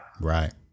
Right